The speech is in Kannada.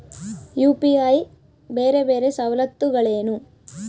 ಯು.ಪಿ.ಐ ಬೇರೆ ಬೇರೆ ಸವಲತ್ತುಗಳೇನು?